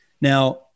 Now